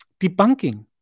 debunking